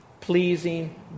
pleasing